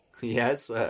Yes